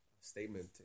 statement